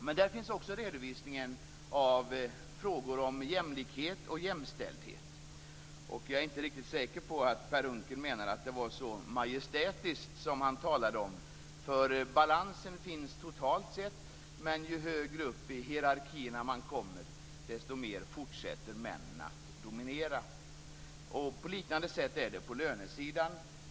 Men där finns också redovisningen av frågor om jämlikhet och jämställdhet. Jag är inte riktigt säker på att Per Unckel menar att det var så majestätiskt som han talade om. Balansen finns totalt sett, men ju högre upp i hierarkierna man kommer, desto mer fortsätter männen att dominera. På liknande sätt är det på lönesidan.